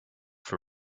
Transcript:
for